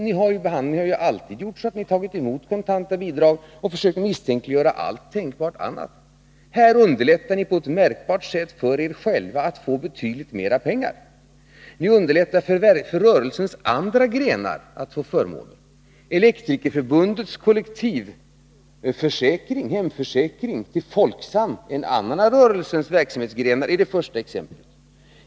Ni har alltid tagit emot kontanta bidrag och försökt misstänkliggöra alla andras bidrag. Här underlättar ni på ett märkbart sätt för er själva att få betydligt mer pengar. Ni underlättar för rörelsens andra grenar att få förmåner. Elektrikerförbundets kollektivförsäkring, hemförsäkringen, till Folksam — en annan av rörelsens verksamhetsgrenar — är det första exemplet.